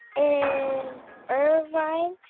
in irvine,